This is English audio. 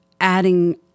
adding